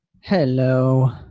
Hello